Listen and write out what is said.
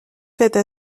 faites